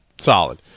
Solid